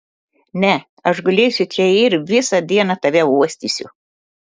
ne aš gulėsiu čia ir visą dieną tave uostysiu